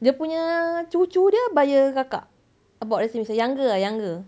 dia punya cucu dia baya kakak about the same age younger lah younger